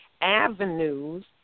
avenues